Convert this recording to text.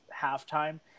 halftime